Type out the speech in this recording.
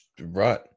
Right